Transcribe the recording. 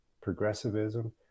progressivism